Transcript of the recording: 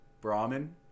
Brahmin